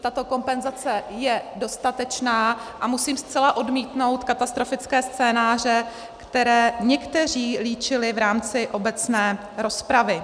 Tato kompenzace je dostatečná a musím zcela odmítnout katastrofické scénáře, které někteří líčili v rámci obecné rozpravy.